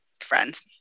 friends